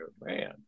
man